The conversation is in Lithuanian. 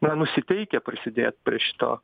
na nusiteikę prisidėt prie šito